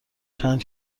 چند